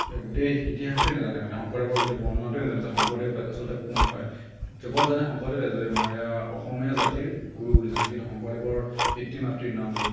গোটেই ইতিহাসটোৱেই নাজানে মানে শংকৰদেৱৰ গোটেই বৰ্ণনাটোৱেই নাজানে যে শংকৰদেৱ আচলতে কোন হয় কেৱল জানে শংকৰদেৱ এজন অসমীয়া জাতিৰ গুৰু বুলি জানে কিন্তু শংকৰদেৱৰ পিতৃ মাতৃৰ নাম